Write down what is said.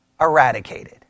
eradicated